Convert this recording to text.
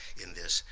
in this,